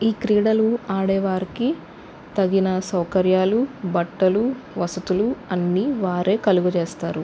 ఈ క్రీడలు ఆడే వారికి తగిన సౌకర్యాలు బట్టలు వసతులు అన్ని వారే కలుగజేస్తారు